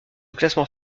classement